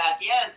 yes